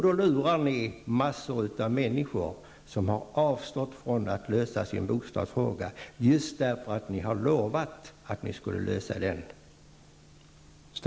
Ni lurar massor av människor som har avstått från att lösa sin bostadsfråga, just därför att ni har lovat att göra det.